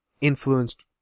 influenced